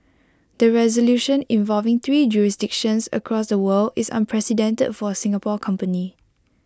the resolution involving three jurisdictions across the world is unprecedented for A Singapore company